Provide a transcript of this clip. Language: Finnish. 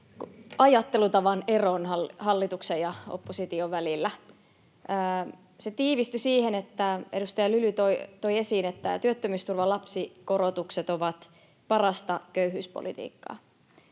ajattelutavan eron hallituksen ja opposition välillä. Se tiivistyi siihen, että edustaja Lyly toi esiin, että työttömyysturvan lapsikorotukset ovat parasta köyhyyspolitiikkaa.